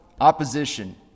opposition